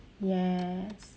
yes